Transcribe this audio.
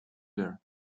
there